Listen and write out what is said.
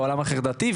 בעולם החרדתי,